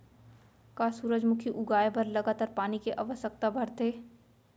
का सूरजमुखी उगाए बर लगातार पानी के आवश्यकता भरथे?